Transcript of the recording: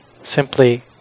simply